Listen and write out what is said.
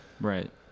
right